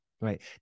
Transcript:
Right